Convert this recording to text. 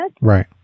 Right